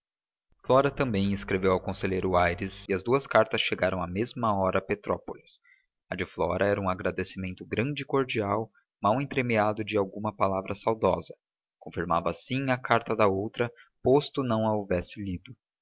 flora também escreveu ao conselheiro aires e as duas cartas chegaram à mesma hora a petrópolis a de flora era um agradecimento grande e cordial mal entremeado de alguma palavra saudosa confirmava assim a carta da outra posto não a houvesse lido